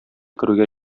керүгә